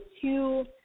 two